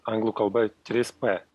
anglų kalba trys p